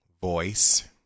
voice